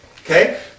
Okay